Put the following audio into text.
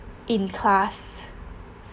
in class